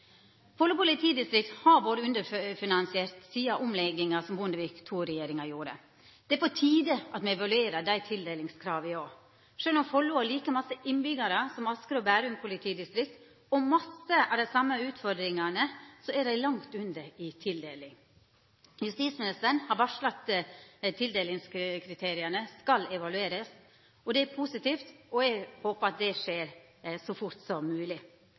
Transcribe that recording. har vore underfinansiert sidan omlegginga som Bondevik II-regjeringa gjorde. Det er på tide at me evaluerer dei tildelingskrava òg. Sjølv om Follo har like mange innbyggjarar som Asker og Bærum politidistrikt, og mange av dei same utfordringane, er dei langt under når det gjeld tildeling. Justisministeren har varsla at tildelingskriteria skal evaluerast. Det er positivt, og eg håpar at det skjer så fort som